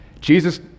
Jesus